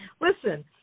Listen